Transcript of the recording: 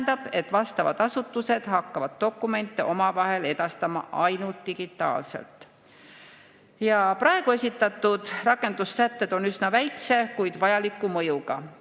et vastavad asutused hakkavad dokumente omavahel edastama ainult digitaalselt. Praegu esitatud rakendussätted on üsna väikese, kuid vajaliku mõjuga.